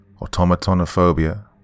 automatonophobia